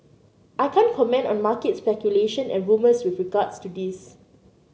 I can't comment on market speculation and rumours with regards to this